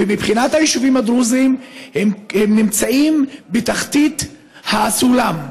שמבחינת היישובים הדרוזיים הם נמצאים בתחתית הסולם: